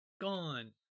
Gone